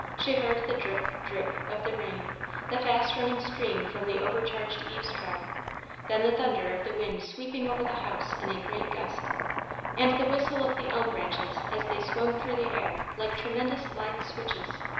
she heard the drip, drip of the rain the fast-running stream from the overcharged eaves trough then the thunder of the wind sweeping over the house in a great gust and the whistle of the elm branches as they swung through the air like tremendous lithe switches,